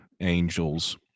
angels